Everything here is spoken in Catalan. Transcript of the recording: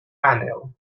àneu